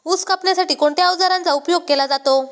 ऊस कापण्यासाठी कोणत्या अवजारांचा उपयोग केला जातो?